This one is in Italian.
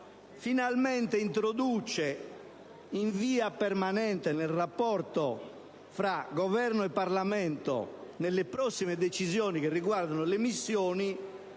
finalmente introduce in via permanente nel rapporto fra Governo e Parlamento, per le prossime decisioni che riguardano le missioni,